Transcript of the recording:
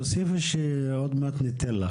לא, את תוסיפי עוד מעט כשניתן לך.